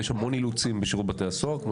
ויש המון אילוצים בשירות בתי הסוהר כמו